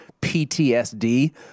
PTSD